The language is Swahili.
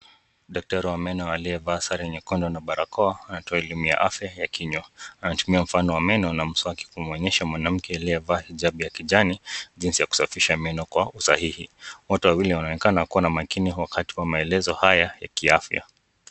Daktari wa meno aliyevaa sare nyekundu na barakoa anatoa elimu ya afya ya kinywa, anatumia mfano wa meno na mswaki kumuonyesha mwanamke aliyevaa hijabu ya kijani jinsi ya kusafisha meno kwa usahihi. Watu wawili wanaonekana kuwa na makini wakati wa maelezo haya ya kiafya.